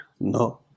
No